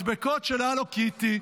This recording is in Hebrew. מדבקות של הלו קיטי.